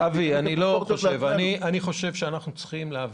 אני חושב שאנחנו צריכים להבין,